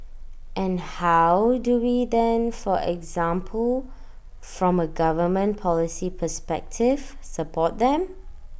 and how do we then for example from A government policy perspective support them